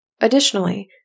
Additionally